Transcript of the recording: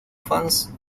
fans